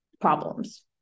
problems